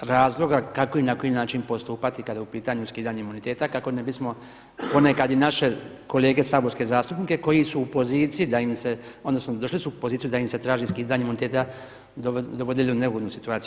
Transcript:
razloga kako i na koji način postupati kada je u pitanju skidanje imuniteta kako ne bismo ponekad i naše kolege saborske zastupnike koji su u poziciji da im se odnosno došli su u poziciju da im se traži skidanje imuniteta, doveli u neugodnu situaciju.